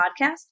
podcast